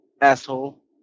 asshole